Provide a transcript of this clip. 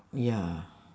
ya